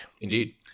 Indeed